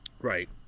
Right